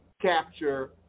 capture